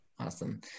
Awesome